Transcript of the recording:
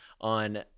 on